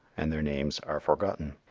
and their names are forgotten.